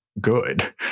good